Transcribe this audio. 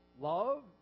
love